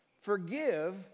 forgive